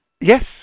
yes